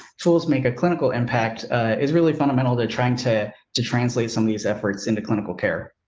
tools make a clinical impact. a is really fundamental to trying to, to translate some of these efforts into clinical care.